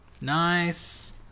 Nice